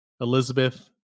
Elizabeth